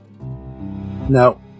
No